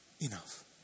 Enough